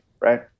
Right